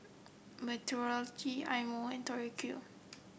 Mentholatum Eye Mo when Tori Q